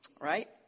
right